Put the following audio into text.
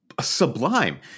sublime